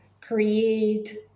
create